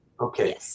Okay